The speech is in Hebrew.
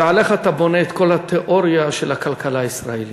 ועליך אתה בונה את כל התיאוריה של הכלכלה הישראלית,